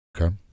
okay